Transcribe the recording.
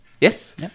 Yes